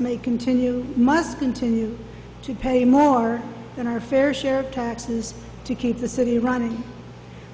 may continue must continue to pay more than our fair share of taxes to keep the city running